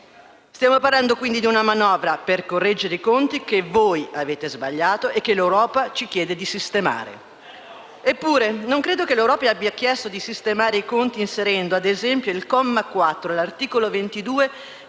Stiamo parlando, quindi, di una manovra per correggere i conti che voi avete sbagliato e che l'Europa ci chiede di sistemare. Eppure, non credo che l'Europa abbia chiesto di sistemare i conti inserendo - ad esempio - il comma 4 all'articolo 22